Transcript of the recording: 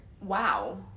wow